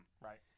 Right